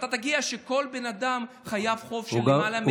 אתה תגיע לכך שכל בן אדם חייב חוב של למעלה מ-110,000 שקלים.